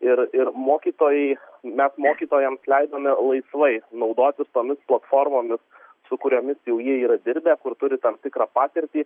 ir ir mokytojai mes mokytojams leidome laisvai naudotis tomis platformomis su kuriomis jau jie yra dirbę kur turi tam tikrą patirtį